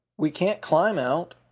we can't climb out.